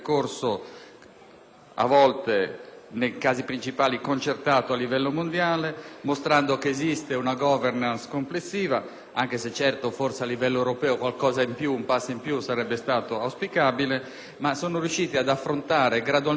a volte, nei casi principali, concertato a livello mondiale, mostrando che esiste una *governance* complessiva, anche se, certo, forse a livello europeo un passo in più sarebbe stato auspicabile. Si è riusciti comunque ad affrontare gradualmente la crisi,